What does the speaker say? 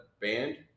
band